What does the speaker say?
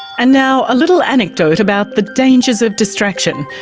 and now a little anecdote about the dangers of distraction.